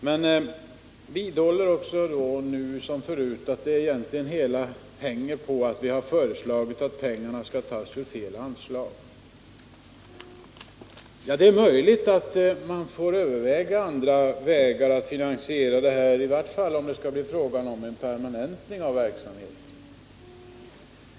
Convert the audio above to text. Men han vidhåller nu som förut att det hela egentligen hänger på att vi föreslagit att pengarna skall tas ur fel anslag. Det är möjligt att vi får överväga andra sätt att finansiera detta, i vart fall om det skall bli fråga om en permanentning av verksamheten.